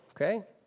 Okay